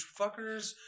fuckers